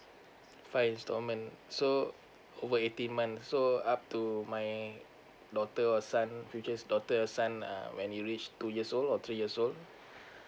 five installment so uh over eighteen months so up to my daughter or son future daughters or son when he reach two years old or three years old